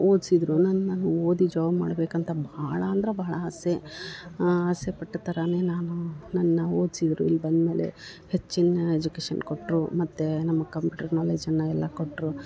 ಓದ್ಸಿದ್ದರು ನನ್ನ ನನ್ನ ಓದಿ ಜಾಬ್ ಮಾಡ್ಬೇಕಂತ ಭಾಳ ಅಂದ್ರ ಭಾಳ ಆಸೆ ಆಸೆ ಪಟ್ಟ ಥರಾನೆ ನಾನು ನನ್ನ ಓದ್ಸಿದ್ದರು ಇಲ್ಲಿ ಬಂದ್ಮೇಲೆ ಹೆಚ್ಚಿನ ಎಜುಕೇಶನ್ ಕೊಟ್ಟರು ಮತ್ತು ನಮ್ಮ ಕಂಪ್ಯೂಟ್ರ್ ನಾಲೆಜನ್ನ ಎಲ್ಲ ಕೊಟ್ಟರು